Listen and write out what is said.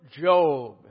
Job